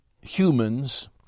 humans